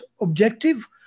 objective